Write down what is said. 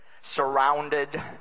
surrounded